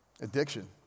Addiction